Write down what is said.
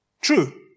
True